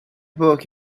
bug